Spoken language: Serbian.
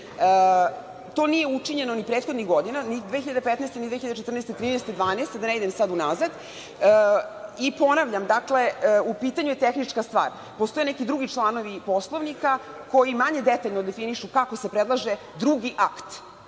To nije učinjeno ni prethodnih godina, ni 2015, ni 2014, ni 2013, 2012. godine, da ne idem sada unazad. Ponavljam, u pitanju je tehnička stvar. Postoje neki drugi članovi Poslovnika koji manje detaljno definišu kako se predlaže drugi akt